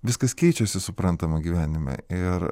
viskas keičiasi suprantama gyvenime ir